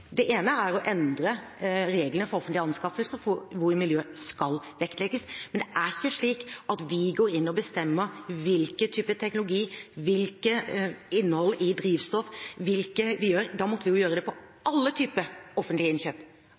Det ene er å endre reglene for offentlige anskaffelser, hvor miljø skal vektlegges, men det er ikke slik at vi går inn og bestemmer hvilken type teknologi og hvilket innhold det skal være i drivstoff. Da måtte vi gjøre det på alle typer offentlige innkjøp